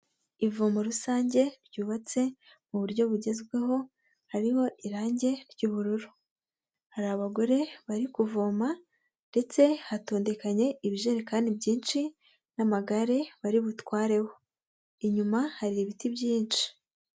Ivomo rusange ryubatse mu buryo bugezweho, hariho irangi ry'ubururu, hari abagore bari kuvoma ndetse hatondekanye ibijerekani byinshi n'amagare bari butwareho, inyuma hari ibiti byinshi.